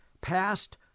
passed